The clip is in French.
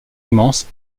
immense